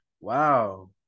wow